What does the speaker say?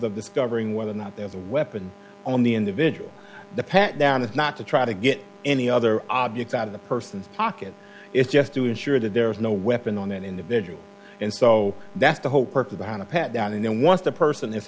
of this covering whether or not there is a weapon on the individual the pat down is not to try to get any other objects out of the person's pocket it's just to ensure that there is no weapon on that individual and so that's the whole purpose behind a pat down and then once the person i